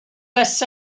bws